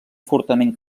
fortament